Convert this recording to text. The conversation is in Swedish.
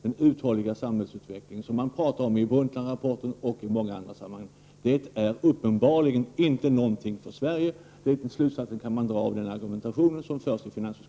En uthållig samhällsutveckling som man pratar om i Brundtlandrapporten och i många andra sammanhang är uppenbarligen inte någonting för Sverige. Den slutsatsen kan man dra av den argumentation som förs i finansutskottet.